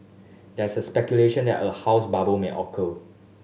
there is the speculation that a house bubble may occur